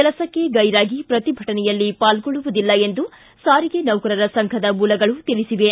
ಕೆಲಸಕ್ಕೆ ಗೈರಾಗಿ ಪ್ರತಿಭಟನೆಯಲ್ಲಿ ಪಾಲ್ಗೊಳ್ಳುವುದಿಲ್ಲ ಎಂದು ಸಾರಿಗೆ ನೌಕರರ ಸಂಘದ ಮೂಲಗಳು ತಿಳಿಸಿವೆ